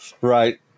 Right